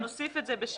אנחנו נוסיף את זה ב-7(ב).